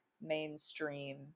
mainstream